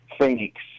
Phoenix